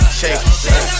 shake